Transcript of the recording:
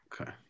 Okay